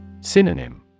Synonym